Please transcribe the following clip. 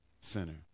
center